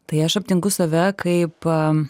tai aš aptinku save kaip